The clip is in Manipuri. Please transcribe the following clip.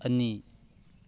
ꯑꯅꯤ